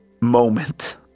moment